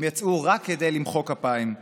הם יצאו רק כדי למחוא כפיים.